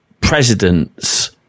presidents